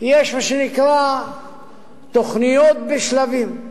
יש מה שנקרא תוכניות בשלבים,